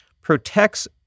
protects